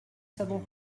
savons